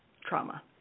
trauma